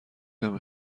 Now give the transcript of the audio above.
نمی